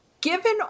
given